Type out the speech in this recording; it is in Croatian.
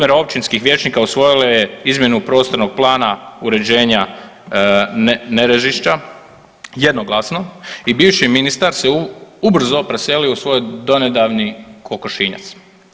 Osmero općinskih vijećnika usvojilo je izmjenu prostornog plana uređenja Nerežišća jednoglasno i bivši ministar se ubrzo preselio u svoj donedavni kokošinjac.